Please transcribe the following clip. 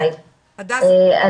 אני